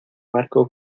barco